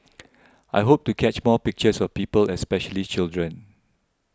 I hope to catch more pictures of people especially children